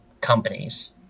companies